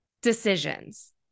decisions